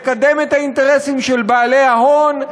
לקדם את האינטרסים של בעלי ההון,